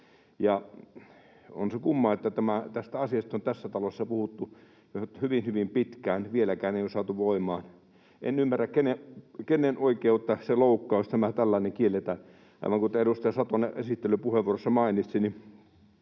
On se kumma, että tästä asiasta on tässä talossa puhuttu hyvin hyvin pitkään, mutta vieläkään ei ole saatu lakia voimaan. En ymmärrä, kenen oikeutta se loukkaa, jos tämä tällainen kielletään. Aivan kuten edustaja Satonen esittelypuheenvuorossaan mainitsi,